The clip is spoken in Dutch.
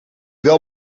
wel